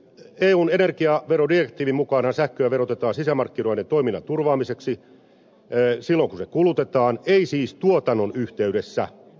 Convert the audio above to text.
eun energiaverodirektiivin mukaanhan sähköä verotetaan sisämarkkinoiden toiminnan turvaamiseksi silloin kun se kulutetaan ei siis tuotannon yhteydessä